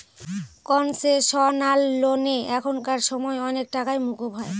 concessional লোনে এখানকার সময় অনেক টাকাই মকুব হয়